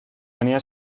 tenía